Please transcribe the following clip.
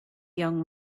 young